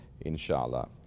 inshallah